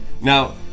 now